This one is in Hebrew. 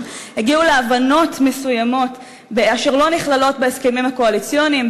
הגיעו להבנות מסוימות אשר לא נכללות בהסכמים הקואליציוניים,